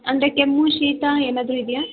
ಅಂದರೆ ಕೆಮ್ಮು ಶೀತ ಏನಾದರು ಇದೆಯಾ